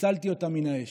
הצלתי אותן מן האש.